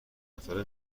نفره